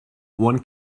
one